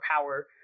power